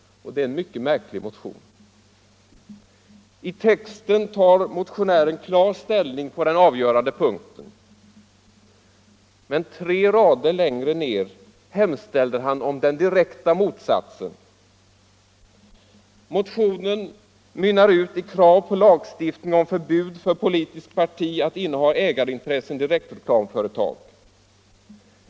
Det är en mycket märklig motion. I texten tar motionären klar ställning på den avgörande punkten, men tre rader längre ned hemställer han om raka motsatsen. Motionen mynnar ut i ett krav på lagstiftning med förbud för politiskt parti att inneha ägarintressen i direktreklamföretag.